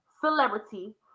celebrity